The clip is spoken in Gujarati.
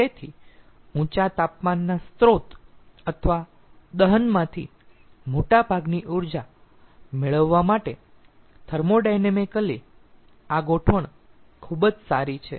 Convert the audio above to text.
તેથી ઊંચા તાપમાનના સ્રોત અથવા દહનમાંથી મોટા ભાગની ઊર્જા મેળવવા માટે થર્મોડાઈડનેમીકલી આ ગોઠવણ ખૂબ જ સારી છે